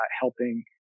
helping